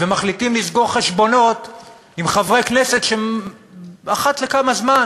ומחליטים לסגור חשבונות עם חברי כנסת שאחת לכמה זמן